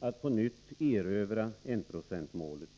att på nytt erövra enprocentsmålet.